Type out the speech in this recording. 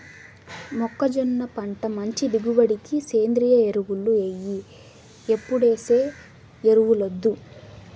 మొక్కజొన్న పంట మంచి దిగుబడికి సేంద్రియ ఎరువులు ఎయ్యి ఎప్పుడేసే ఎరువులొద్దు